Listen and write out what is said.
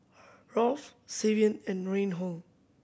Rolf Savion and Reinhold